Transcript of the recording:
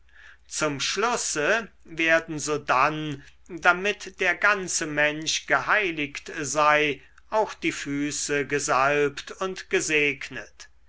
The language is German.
zum schlusse werden sodann damit der ganze mensch geheiligt sei auch die füße gesalbt und gesegnet